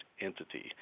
entity